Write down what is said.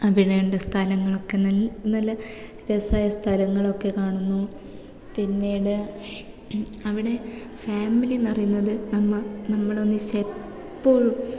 അവിടെയുള്ള സ്ഥലങ്ങളൊക്കെ നല്ല രസമായ സ്ഥലങ്ങളൊക്കെ കാണുന്നു പിന്നീട് അവിടെ ഫാമിലി എന്ന് പറയുന്നത് നമ്മൾ നമ്മൾ ഒന്നിച്ച് എപ്പോഴും